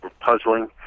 puzzling